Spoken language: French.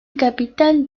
capitale